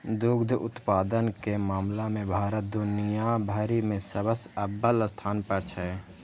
दुग्ध उत्पादन के मामला मे भारत दुनिया भरि मे सबसं अव्वल स्थान पर छै